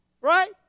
Right